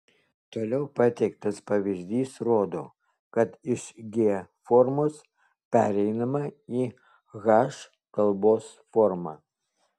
toliau pateiktas pavyzdys rodo kad iš g formos pereinama į h kalbos formą